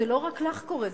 זה לא רק לך קורה,